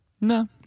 No